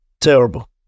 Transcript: Terrible